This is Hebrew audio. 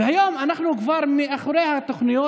והיום אנחנו כבר אחרי התוכניות.